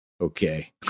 okay